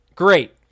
Great